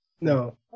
No